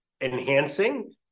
enhancing